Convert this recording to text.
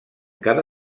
cada